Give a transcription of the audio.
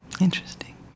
Interesting